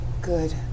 good